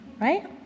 Right